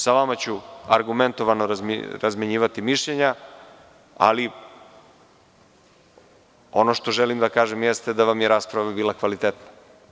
Sa vama ću argumentovano razmenjivati mišljenja, ali ono što želim da kažem jeste da vam je rasprava bila kvalitetna.